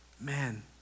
man